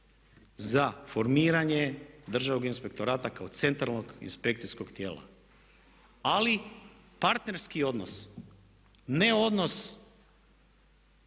za formiranje Državnog inspektorata kao centralnog inspekcijskog tijela. Ali partnerski odnos, ne odnos